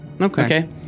Okay